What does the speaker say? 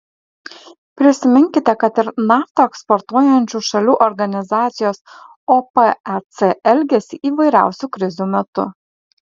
prisiminkite kad ir naftą eksportuojančių šalių organizacijos opec elgesį įvairiausių krizių metu